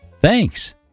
Thanks